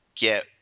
get